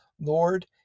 Lord